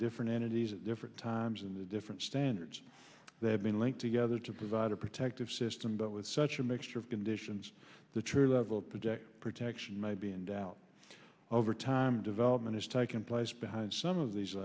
different entities at different times in the different standards they have been linked together to provide a protective system but with such a mixture of conditions the true level of project protection may be in doubt over time development is taking place behind some of these